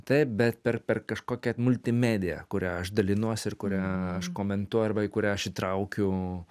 taip bet per per kažkokią multimediją kurią aš dalinuosi ir kurią aš komentuoju arba į kurią aš įtraukiu